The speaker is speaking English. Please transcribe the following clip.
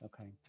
okay